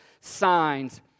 signs